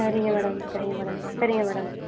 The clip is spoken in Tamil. சரிங்க மேடம் சரிங்க மேடம் சரிங்க மேடம்